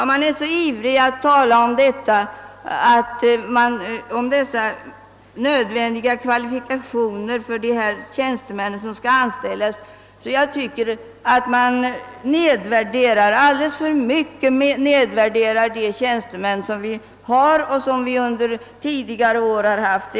Ja, man är så ivrig att framhålla nödvändigheten av dessa kvalifikationer för de tjänstemän som skall anställas, att jag tycker utskottet nedvärderar de tjänstemän som vi har och tidigare har haft.